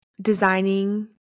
designing